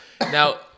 Now